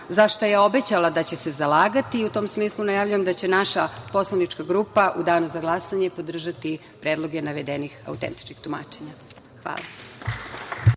za šta je obećala da će se zalagati. U tom smislu najavljujem da će naša poslanička grupa u danu za glasanje podržati predloge navedenih autentičnih tumačenja. Hvala.